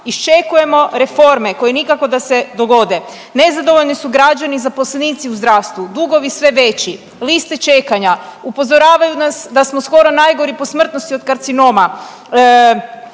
iščekujemo reforme koje nikako da se dogode, nezadovoljni su građani, zaposlenici u zdravstvu, dugovi sve veći, liste čekanja, upozoravaju nas da smo skoro najgori po smrtnosti od karcinoma,